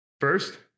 First